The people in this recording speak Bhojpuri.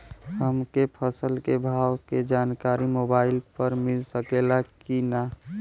हमके फसल के भाव के जानकारी मोबाइल पर मिल सकेला की ना?